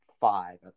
five